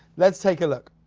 let's take a look.